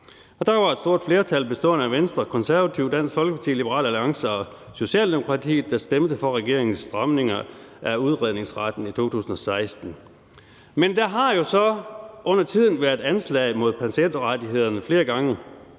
Det var et stort flertal bestående af Venstre, Konservative, Dansk Folkeparti, Liberal Alliance og Socialdemokratiet, der stemte for regeringens stramninger af udredningsretten i 2016. Men der har jo så undertiden været anslag mod patientrettighederne flere gange,